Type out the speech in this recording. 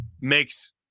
makes